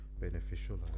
beneficial